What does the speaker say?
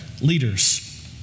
leaders